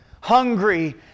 Hungry